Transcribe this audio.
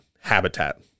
habitat